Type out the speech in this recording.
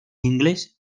inglés